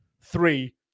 three